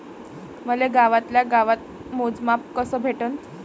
मले गावातल्या गावात मोजमाप कस भेटन?